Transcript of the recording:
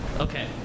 Okay